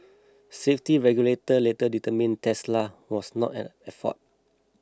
safety regulators later determined Tesla was not at fault